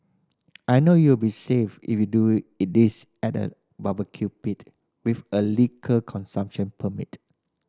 I know you will be safe if you do this at a barbecue pit with a liquor consumption permit